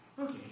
Okay